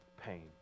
pain